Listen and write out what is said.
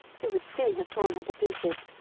who would soon have torn her to pieces.